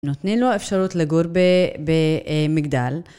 נותנים לו אפשרות לגור במגדל.